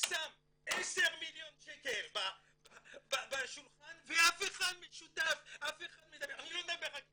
שם 10 מיליון שקל על השולחן ואף אחד --- אני לא מדבר על CNEF,